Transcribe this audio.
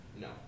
No